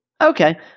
Okay